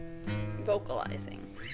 vocalizing